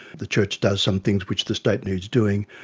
the church does some things which the state needs doing,